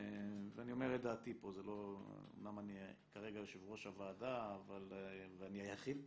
ואני אומר את דעתי פה אומנם אני כרגע יושב-ראש הוועדה ואני היחיד פה,